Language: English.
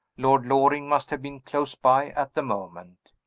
lord loring must have been close by at the moment.